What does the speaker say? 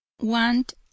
want